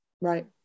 Right